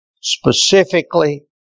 specifically